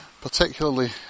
particularly